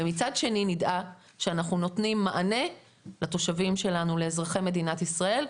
ומצד שני נדע שאנחנו נותנים מענה לתושבים שלנו לאזרחי מדינת ישראל,